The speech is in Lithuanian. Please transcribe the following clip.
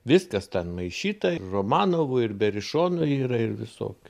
viskas ten maišyta ir romanovų ir berišonų yra ir visokių